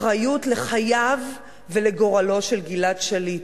אחריות לחייו ולגורלו של גלעד שליט.